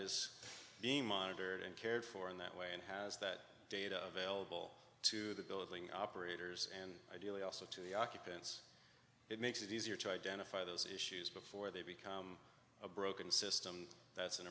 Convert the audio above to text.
is being monitored and cared for in that way and has that data available to the billing operators and ideally also to the occupants it makes it easier to identify those issues before they become a broken system that's an